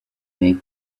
make